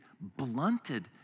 blunted